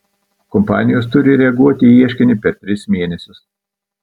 kompanijos turi reaguoti į ieškinį per tris mėnesius